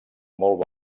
molt